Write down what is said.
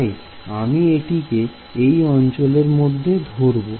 তাই আমি এটিকে এই অঞ্চলের মধ্যে ধরবো